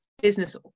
business